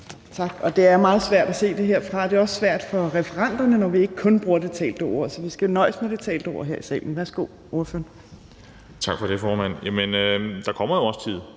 Tak. Det er meget svært at se det herfra. Det er også svært for referenterne, når vi ikke kun bruger det talte ord. Så vi skal nøjes med det talte ord her i salen. Værsgo til ordføreren. Kl. 11:33 Kasper Roug (S): Tak for det, formand. Jamen der kommer jo også tid.